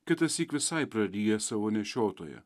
kitąsyk visai praryja savo nešiotoją